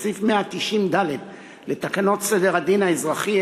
ובסעיף 190(ד) לתקנות סדר הדין האזרחי,